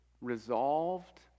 resolved